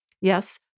Yes